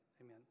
amen